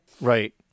Right